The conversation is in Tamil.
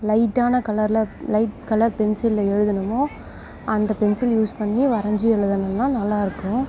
லைட்டான கலரில் லைட் கலர் பென்சிலில் எழுதணும் அந்த பென்சில் யூஸ் பண்ணி வரைஞ்சி எழுதணும்னா நல்லாயிருக்கும்